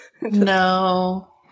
No